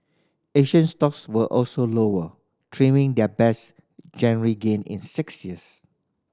asian stocks were also lower trimming their best January gain in six years